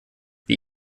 wie